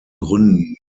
gründen